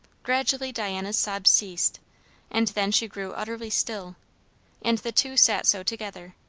gradually diana's sobs ceased and then she grew utterly still and the two sat so together,